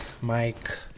Mike